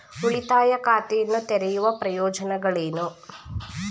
ಉಳಿತಾಯ ಖಾತೆಯನ್ನು ತೆರೆಯುವ ಪ್ರಯೋಜನಗಳೇನು?